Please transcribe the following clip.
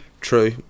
True